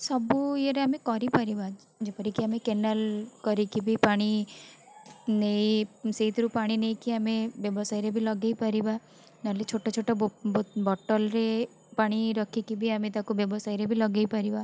ସବୁ ଇଏରେ ଆମେ କରିପାରିବା ଯେପରିକି ଆମେ କେନାଲ୍ କରିକି କି ବି ପାଣି ନେଇ ସେଇଥିରୁ ପାଣି ନେଇକି ଆମେ ବ୍ୟବସାୟରେ ବି ଲଗାଇ ପାରିବା ନହେଲେ ଛୋଟ ଛୋଟ ବୋଟଲ୍ରେ ପାଣି ରଖିକି ବି ଆମେ ତାକୁ ବ୍ୟବସାୟରେ ବି ଲଗାଇ ପାରିବା